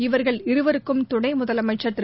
இவர்கள் இருவருக்கும் துணைமுதலமைச்சர் திரு